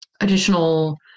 additional